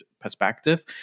perspective